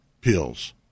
pills